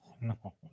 No